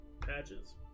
Patches